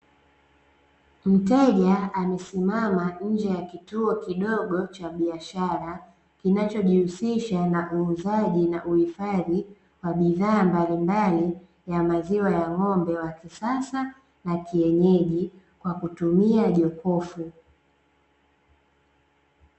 Mteja amesimama nje ya kituo kidogo cha biashara, kinachojihusisha na uuzaji na uhifadhi wa bidhaa mbalimbali ya maziwa ya ng'ombe wa kisasa na kienyeji kwa kutumia jokofu.